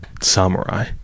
samurai